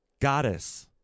goddess